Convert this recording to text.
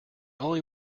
only